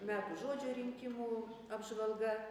metų žodžio rinkimų apžvalga